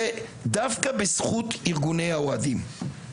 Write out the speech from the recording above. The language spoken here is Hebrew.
דווקא בזכות ארגוני האוהדים.